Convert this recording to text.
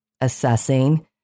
assessing